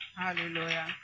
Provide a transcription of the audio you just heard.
Hallelujah